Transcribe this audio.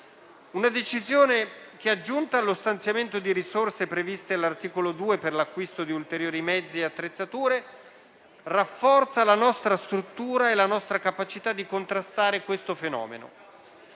Una decisione che, aggiunta allo stanziamento di risorse previsto all'articolo 2 per l'acquisto di ulteriori mezzi e attrezzature, rafforza la nostra struttura e la nostra capacità di contrastare questo fenomeno.